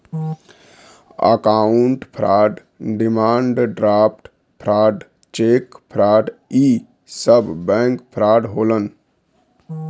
account fraud demand draft fraud cheque fraud इ सब bank fraud होलन